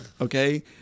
Okay